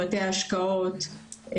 בתי ההשקעות,